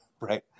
Right